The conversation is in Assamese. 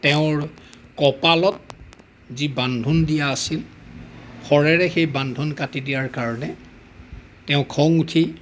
তেওঁৰ কপালত যি বান্ধোন দিয়া আছিল শৰেৰে সেই বান্ধোন কাটি দিয়াৰ কাৰণে তেওঁ খং উঠি